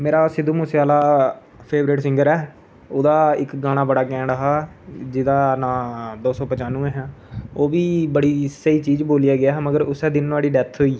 मेरा Sidhu Moosewala favourite singer ऐ ओह्दा इक गाना बड़ा केंट हा जेह्दा नांऽ दो सो पचानूऐ हां ओह् बी बड़ी स्हेई चीज बोल्ली ऐ गेआ हा मगर उस्सै दिन नुआढ़ी डेथ होई